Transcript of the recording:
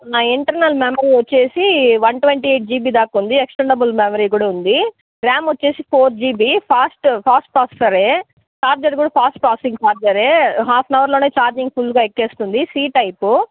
న internal memory వచ్చి one twenty eight GB దాకా ఉంది ఎక్స్టెండబుల్ మెమోరీ కూడా ఉంది ర్యామ్ వచ్చి ఫోర్ జీబీ ఫాస్ట్ ఫాస్ట్ ట్రాన్సఫరే చార్జర్ కూడా ఫాస్ట్ ట్రాన్సఫరింగ్ ఛార్జరే హాఫ్ అన్ హావర్లోనే ఛార్జింగ్ ఫుల్గా ఎక్కేస్తుంది సి టైపు